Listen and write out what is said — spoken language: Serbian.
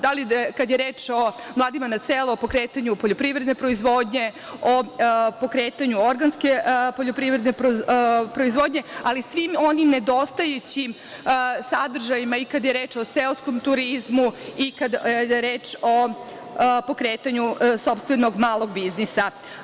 Da li kada je reč o mladima na selu, o pokretanju poljoprivredne proizvodnje, o pokretanju organske poljoprivredne proizvodnje, ali svim onim nedostajućim sadržajima, i kad je reč o seoskom turizmu, i kad je reč o pokretanju sopstvenog malog biznisa.